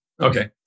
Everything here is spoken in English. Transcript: Okay